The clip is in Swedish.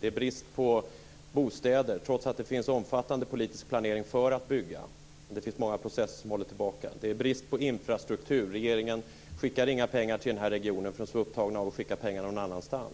Det är brist på bostäder trots att det finns en omfattande politisk planering för att bygga, men det finns många processer som håller byggandet tillbaka. Det är brist på infrastruktur. Regeringen skickar inte några pengar till regionen eftersom man är så upptagen med att skicka pengar till andra ställen.